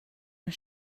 ond